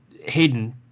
Hayden